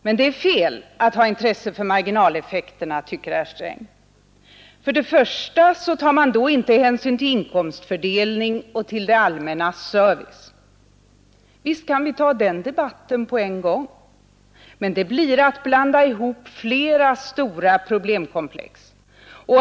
Men det är fel att ha intresse för marginaleffekterna, tycker herr Sträng. För det första tar man då inte hänsyn till inkomstfördelning och till det allmännas service. Visst kan vi ta den debatten på en gång, men det blir att blanda ihop flera stora problemkomplex.